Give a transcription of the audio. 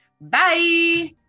Bye